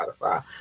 Spotify